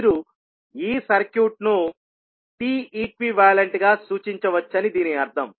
మీరు ఈ సర్క్యూట్ను T ఈక్వివాలెంట్ గా సూచించవచ్చని దీని అర్థం